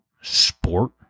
sport